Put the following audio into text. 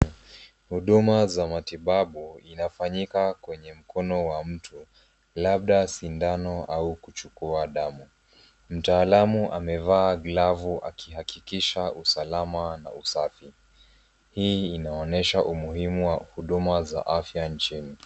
Huduma za matibabu inafanyika kwenye mkono wa mtu, labda sindano au kuchukua damu. Mtaalamu amevaa glovu akihakikisha usalama na usafi. Hii inaonyesha umuhimu wa huduma za afya nchini.